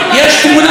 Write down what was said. יש תמונה,